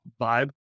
vibe